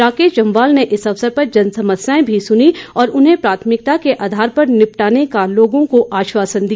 राकेश जम्वाल ने इस अवसर पर जनसमस्याएं भी सुनीं और उन्हें प्राथमिकता को आधार पर निपटाने का लोगों को आश्वासन दिया